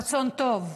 רצון טוב,